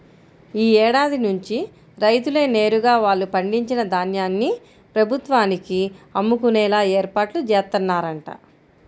యీ ఏడాది నుంచి రైతులే నేరుగా వాళ్ళు పండించిన ధాన్యాన్ని ప్రభుత్వానికి అమ్ముకునేలా ఏర్పాట్లు జేత్తన్నరంట